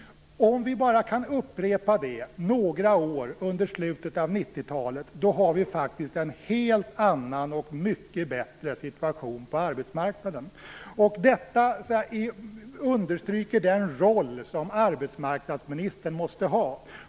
Om vi bara kan upprepa det några år under slutet av 1990-talet har vi en helt annan och mycket bättre situation på arbetsmarknaden. Detta understryker den roll som arbetsmarknadsministern måste ha.